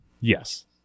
Yes